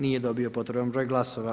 Nije dobio potreban broj glasova.